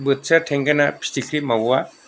बोथिया थेंगोना फिथिख्रि मावा